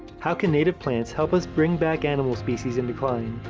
how can native plants help us bring back animal species in decline?